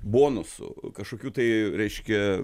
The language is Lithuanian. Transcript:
bonusų kažkokių tai reiškia